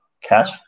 cash